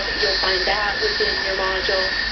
ah you'll find that within your module.